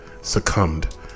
succumbed